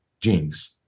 genes